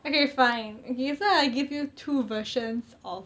okay fine okay so I give you two versions of